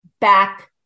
back